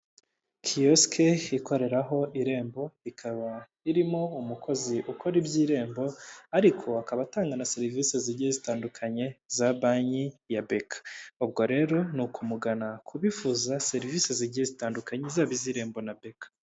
Kiyosike ikoreraho Irembo, ikaba irimo umukozi ukora iby'irembo ariko akaba atanga na serivisi zigiye zitandukanye za banki ya BK, ubwo rero ni ukumugana ku bifuza serivisi zigiye zitandukanye zaba iz'Irembo na BK.